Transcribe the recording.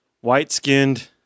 white-skinned